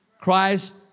Christ